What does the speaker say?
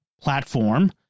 platform